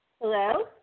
Hello